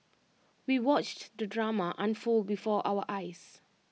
we watched the drama unfold before our eyes